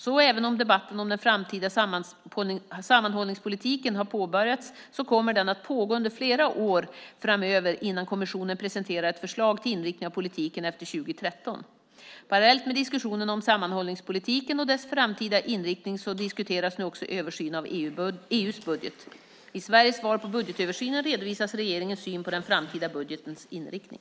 Så även om debatten om den framtida sammanhållningspolitiken har påbörjats kommer den att pågå under flera år framöver innan kommissionen presenterar ett förslag till inriktning av politiken efter 2013. Parallellt med diskussionen om sammanhållningspolitiken och dess framtida inriktning diskuteras nu också översynen av EU:s budget. I Sveriges svar på budgetöversynen redovisas regeringens syn på den framtida budgetens inriktning.